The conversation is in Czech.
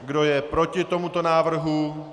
Kdo je proti tomuto návrhu?